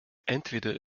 entweder